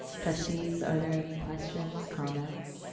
trustees, are there any questions, comments?